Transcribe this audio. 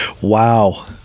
Wow